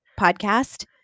podcast